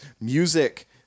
music